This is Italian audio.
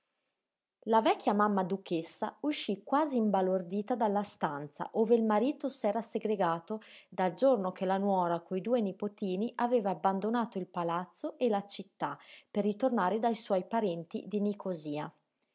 la vecchia mamma duchessa uscí quasi imbalordita dalla stanza ove il marito s'era segregato dal giorno che la nuora coi due nipotini aveva abbandonato il palazzo e la città per ritornare dai suoi parenti di nicosía